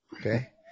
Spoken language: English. okay